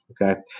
Okay